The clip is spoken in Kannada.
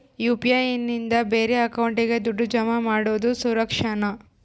ಯು.ಪಿ.ಐ ನಿಂದ ಬೇರೆ ಅಕೌಂಟಿಗೆ ದುಡ್ಡು ಜಮಾ ಮಾಡೋದು ಸುರಕ್ಷಾನಾ?